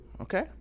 okay